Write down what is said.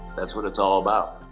that's what it's all about.